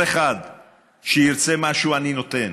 כל אחד שירצה משהו, אני נותן,